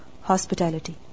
hospitality